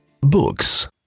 Books